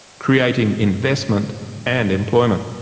creating investment and employment.